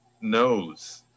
knows